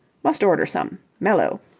must order some. mellow.